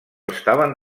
estaven